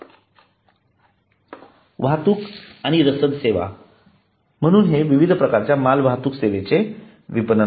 वाहतूक आणि रसद सेवा म्हणून हे विविध प्रकारच्या मालवाहतूक सेवेचे विपणन आहे